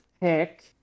pick